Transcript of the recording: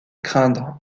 craindre